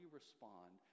respond